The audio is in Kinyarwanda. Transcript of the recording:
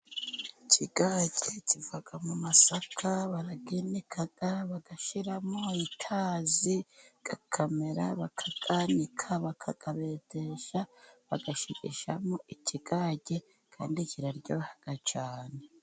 Ikigage kiva mu masaka. Barayinika, bagashyiramo itazi, akamera, bakayanika, bakayabetesha, bagashigishamo ikigage, kandi kiraryoha cyane.